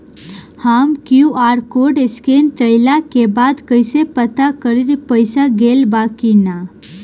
हम QR code scan कइला के बाद कइसे पता करि की पईसा गेल बा की न?